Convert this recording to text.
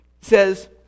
says